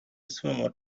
sword